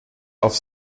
auf